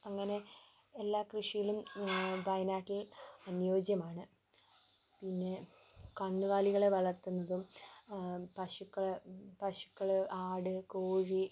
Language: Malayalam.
അങ്ങനെ എല്ലാ കൃഷികളും വയനാട്ടിൽ അനുയോജ്യമാണ് പിന്നെ കന്നുകാലികളെ വളർത്തുന്നതും പശുക്കള് പശുക്കള് ആട് കോഴി